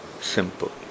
simple